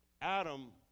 Adam